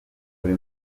buri